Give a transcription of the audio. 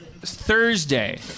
Thursday